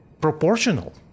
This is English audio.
proportional